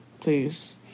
please